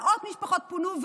מאות משפחות פונו,